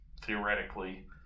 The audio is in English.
theoretically